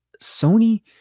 Sony